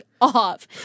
off